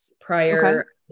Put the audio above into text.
prior